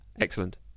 excellent